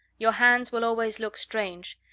your hands will always look strange.